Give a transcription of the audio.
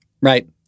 Right